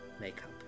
makeup